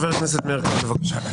חבר הכנסת מאיר כהן, בבקשה.